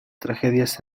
tragedias